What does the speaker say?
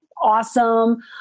awesome